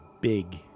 big